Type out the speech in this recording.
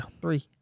Three